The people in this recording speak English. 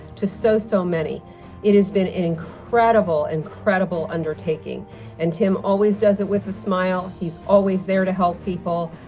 to so, so many it has been an incredible incredible undertaking and tim always does it with a smile, he's always there to help people,